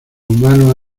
humanos